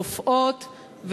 רופאות,